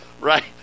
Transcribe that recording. right